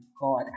God